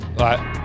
right